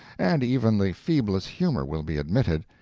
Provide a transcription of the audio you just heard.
and even the feeblest humour will be admitted,